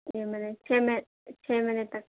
جی میرے چھ مہینے تک